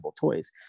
toys